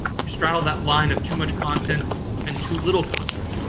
you straddle that line of too much content and too little content.